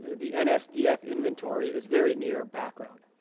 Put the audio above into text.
the nsdf inventory is very near background.